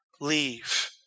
leave